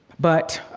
but, ah,